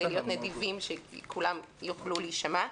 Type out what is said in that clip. כדי להיות נדיבים שכולם יוכלו להישמע.